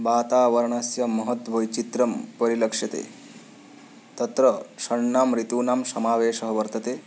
वातावरणस्य महत् वैचित्र्यं परिलक्ष्यते तत्र षण्णां ऋतूनां समावेशः वर्तते